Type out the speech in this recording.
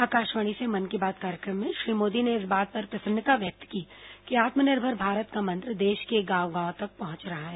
आकाशवाणी से मन की बात कार्यक्रम में श्री मोदी ने इस बात पर प्रसन्नता व्यक्त की कि आत्मनिर्भर भारत का मंत्र देश के गांव गांव तक पहंच रहा है